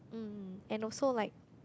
mm and also like